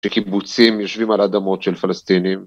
שקיבוצים יושבים על אדמות של פלסטינים.